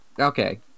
Okay